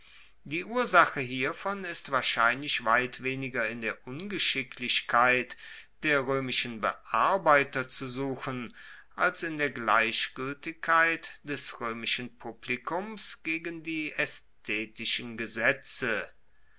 die ursache hiervon ist wahrscheinlich weit weniger in der ungeschicklichkeit der roemischen bearbeiter zu suchen als in der gleichgueltigkeit des roemischen publikums gegen die aesthetischen gesetze